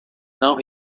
now